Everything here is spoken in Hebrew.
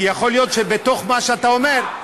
כי יכול להיות שבתוך מה שאתה אומר,